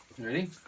Ready